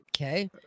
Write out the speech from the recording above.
okay